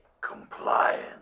Compliance